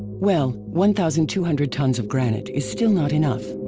well, one thousand two hundred tons of granite is still not enough.